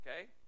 okay